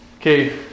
Okay